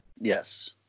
Yes